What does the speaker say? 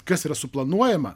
kas yra suplanuojama